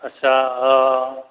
आदसा